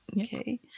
Okay